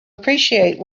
appreciate